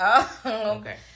Okay